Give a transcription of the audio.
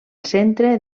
centre